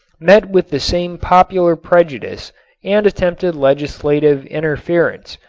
met with the same popular prejudice and attempted legislative interference,